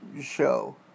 show